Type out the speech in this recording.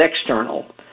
external